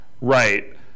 right